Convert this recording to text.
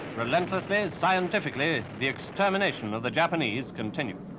relentlessly, scientifically, the extermination of the japanese continued.